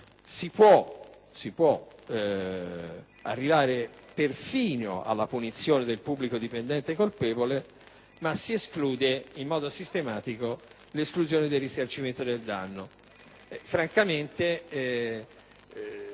si può arrivare perfino alla punizione del pubblico dipendente colpevole ma si esclude in modo sistematico il risarcimento del danno.